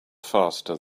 faster